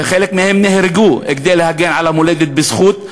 וחלק מהם נהרגו כדי להגן על המולדת בזכות.